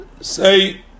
Say